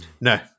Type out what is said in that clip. No